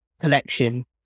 collection